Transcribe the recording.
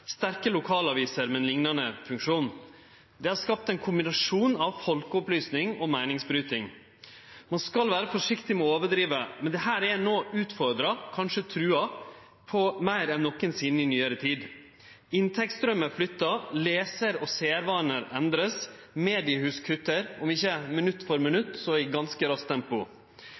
sterke lokalaviser med liknande funksjon, har skapt ein kombinasjon av folkeopplysning og meiningsbryting. Ein skal vere forsiktig med å overdrive, men dette er no utfordra, kanskje trua, meir enn nokosinne i nyare tid. Inntektsstraumar er flytta, lesar- og sjåarvanar vert endra, mediehus kuttar om ikkje minutt for minutt, så i ganske raskt tempo.